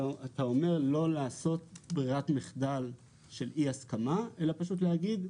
אתה אומר לא לעשות ברירת מחדל של אי הסכמה אלא פשוט להגיד.